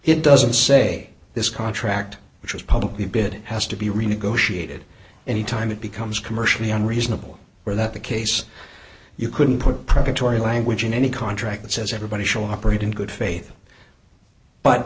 it doesn't say this contract which was publicly bid has to be renegotiated any time it becomes commercially unreasonable or that the case you couldn't put predatory language in any contract that says everybody shall operate in good faith but